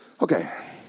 Okay